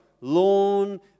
lawn